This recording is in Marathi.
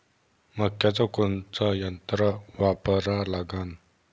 मक्याचं कोनचं यंत्र वापरा लागन?